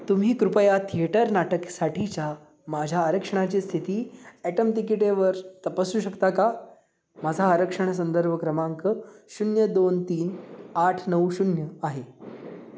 तुम्ही कृपया थिएटर नाटकसाठीच्या माझ्या आरक्षणाची स्थिती ॲटम तिकिटेवर तपासू शकता का माझा आरक्षण संदर्भ क्रमांक शून्य दोन तीन आठ नऊ शून्य आहे